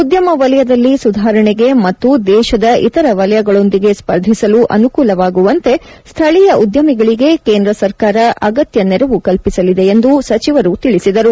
ಉದ್ಯಮ ವಲಯದಲ್ಲಿ ಸುಧಾರಣೆಗೆ ಮತ್ತು ದೇಶದ ಇತರ ವಲಯಗಳೊಂದಿಗೆ ಸ್ಪರ್ಧಿಸಲು ಅನುಕೂಲವಾಗುವಂತೆ ಸ್ಥಳೀಯ ಉದ್ಯಮಿಗಳಿಗೆ ಕೇಂದ್ರ ಸರ್ಕಾರ ಅಗತ್ಯ ನೆರವು ಕಲ್ವಿಸಲಿದೆ ಎಂದು ಅವರು ತಿಳಿಸಿದರು